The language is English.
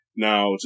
Now